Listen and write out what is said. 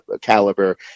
caliber